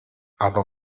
aber